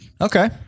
Okay